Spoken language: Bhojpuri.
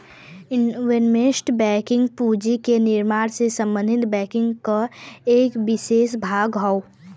इन्वेस्टमेंट बैंकिंग पूंजी के निर्माण से संबंधित बैंकिंग क एक विसेष भाग हौ